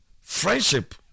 friendship